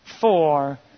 four